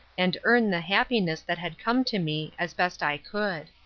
and earn the happiness that had come to me, as best i could.